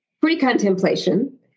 pre-contemplation